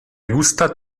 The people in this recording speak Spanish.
gusta